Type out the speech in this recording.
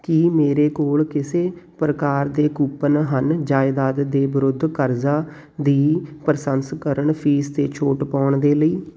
ਕੀ ਮੇਰੇ ਕੋਲ ਕਿਸੇ ਪ੍ਰਕਾਰ ਦੇ ਕੂਪਨ ਹਨ ਜਾਇਦਾਦ ਦੇ ਵਿਰੁੱਧ ਕਰਜ਼ਾ ਦੀ ਪਰਸੰਸਕਰਣ ਫ਼ੀਸ 'ਤੇ ਛੋਟ ਪਾਉਣ ਦੇ ਲਈ